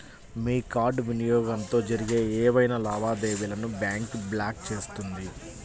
మీ card వినియోగంతో జరిగే ఏవైనా లావాదేవీలను బ్యాంక్ బ్లాక్ చేస్తుంది